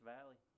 Valley